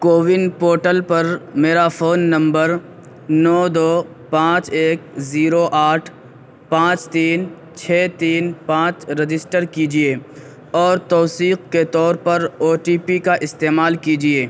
CoWIN portal پر میرا phone number نو دو پانچ ایک زیرو آٹھ پانچ تین چھ تین پانچ رجسٹر کیجیے اور توثیق کے طور پر او ٹی پی کا استعمال کیجیے